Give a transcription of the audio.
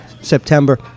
September